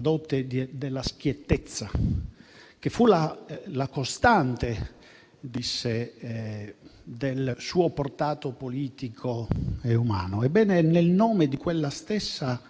dote della schiettezza, che fu la costante del suo portato politico e umano. Ebbene, è nel nome di quella stessa